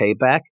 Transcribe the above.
payback